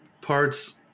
parts